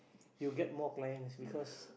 you'll get more clients because